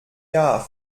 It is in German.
jahr